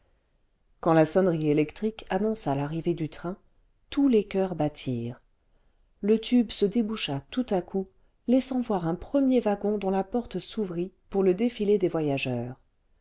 quand la sonnerie électrique annonça l'arrivée du train tous les coeurs battirent le tube se déboucha tout à coup laissant voir un premier wagon dont la porte s'ouvrit pour le défilé des voyageurs